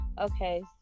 Okay